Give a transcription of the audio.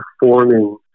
performing